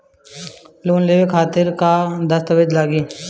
Loan लेवे खातिर का का दस्तावेज लागी?